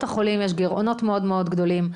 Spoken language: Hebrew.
החולים יש גרעונות מאוד-מאוד גדולים.